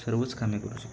सर्वच कामे करू शकतो